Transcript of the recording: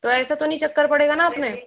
तो ऐसा तो नहीं चक्कर पड़ेगा ना अपने